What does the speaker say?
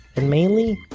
and mainly?